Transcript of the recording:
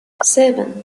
seven